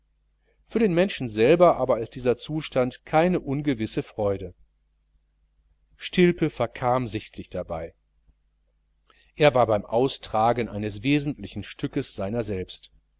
für den menschen selber aber ist dieser zustand keine ungemischte freude stilpe verkam sichtlich dabei er war beim austragen eines wesentlichen stückes seiner selbst